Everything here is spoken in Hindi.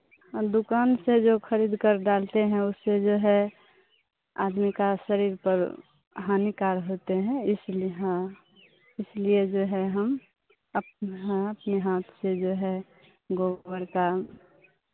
और दुकान से जो खरीद कर डालते हैं उससे जो है आदमी का शरीर पर हानिकार होते हैं इसलिये हाँ ये जो है हम अप अपने हाँ अपने हाथ से जो है गोबर का